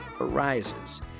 arises